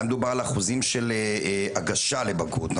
היה מדובר על אחוזים של הגשה לבגרות,